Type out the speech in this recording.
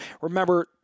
Remember